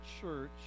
church